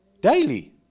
Daily